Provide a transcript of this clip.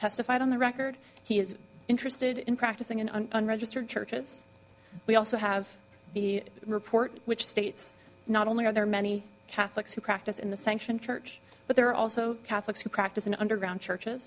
testified on the record he is interested in practicing in an unregistered churches we also have the report which states not only are there many catholics who practice in the sanctioned church but there are also catholics who practice in underground churches